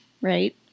right